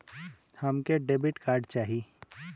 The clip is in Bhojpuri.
हमके डेबिट कार्ड चाही?